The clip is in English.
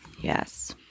yes